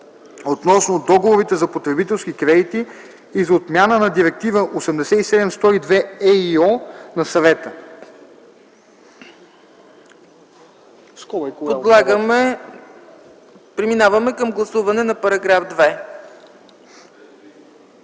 относно договорите за потребителски кредити и за отмяна на Директива 87/102/ЕИО на Съвета.”